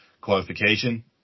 qualification